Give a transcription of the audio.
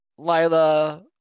Lila